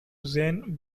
zen